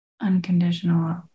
unconditional